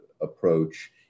approach